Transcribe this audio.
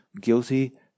Guilty